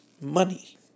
money